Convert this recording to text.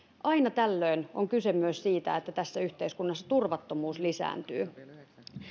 on kyse myös siitä että tässä yhteiskunnassa turvattomuus lisääntyy